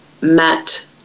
met